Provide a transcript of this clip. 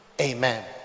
amen